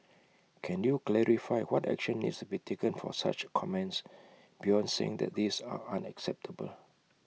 can you clarify what action needs to be taken for such comments beyond saying that these are unacceptable